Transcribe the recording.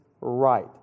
right